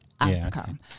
outcome